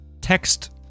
text